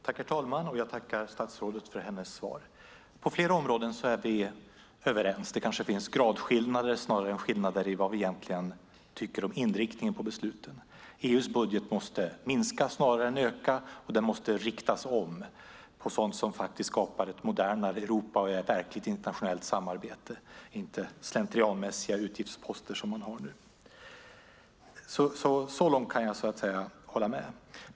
Herr talman! Jag tackar statsrådet för hennes svar. På flera områden är vi överens. Det kanske finns gradskillnader snarare än skillnader i vad vi egentligen tycker om inriktningen på besluten. EU:s budget måste minska snarare än öka, och den måste riktas om på sådant som skapar ett modernare Europa och ett verkligt internationellt samarbete, inte på slentrianmässiga utgiftsposter som nu. Så långt kan jag hålla med.